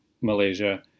Malaysia